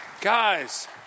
guys